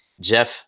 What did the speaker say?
jeff